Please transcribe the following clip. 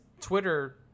Twitter